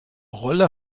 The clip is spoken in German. rolle